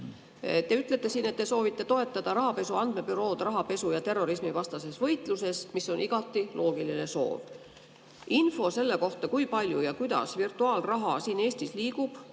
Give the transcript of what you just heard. Te ütlete siin, et te soovite toetada rahapesu andmebürood rahapesu- ja terrorismivastases võitluses, mis on igati loogiline soov. Info selle kohta, kui palju ja kuidas virtuaalraha siin Eestis liigub,